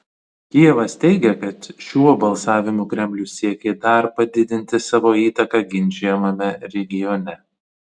kijevas teigia kad šiuo balsavimu kremlius siekė dar padidinti savo įtaką ginčijamame regione